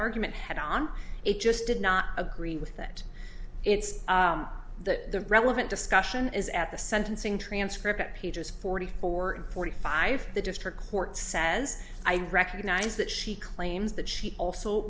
argument head on it just did not agree with that it's the relevant discussion is at the sentencing transcript pages forty four forty five the district court says i recognize that she claims that she also